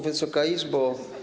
Wysoka Izbo!